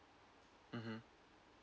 mmhmm